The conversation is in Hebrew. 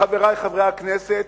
חברי חברי הכנסת,